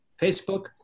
Facebook